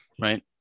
right